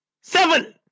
seven